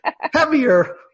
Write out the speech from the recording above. heavier